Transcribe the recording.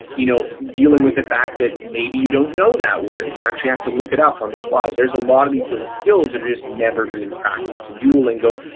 you know dealing with the fact that maybe you don't know that word and you actually have to look it up on the fly. there's a lot of these little skills that are just never being practiced in and duolingo.